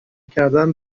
کردن